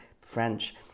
French